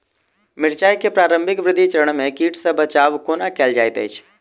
मिर्चाय केँ प्रारंभिक वृद्धि चरण मे कीट सँ बचाब कोना कैल जाइत अछि?